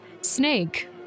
snake